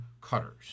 cutters